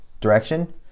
direction